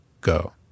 go